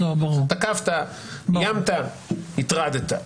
תקפת, איימת, הטרדת.